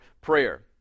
prayer